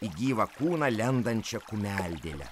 į gyvą kūną lendančią kumeldėlę